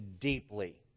deeply